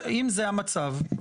זה המצב,